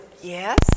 yes